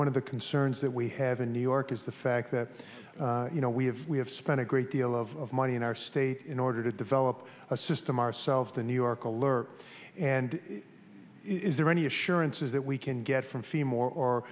one of the concerns that we have in new york is the fact that you know we have we have spent a great deal of money in our state in order to develop a system ourselves the new york alerts and is there any assurances that we can get from fee more or